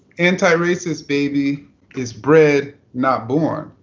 antiracist baby is bred, not born.